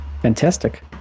Fantastic